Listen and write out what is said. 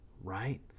right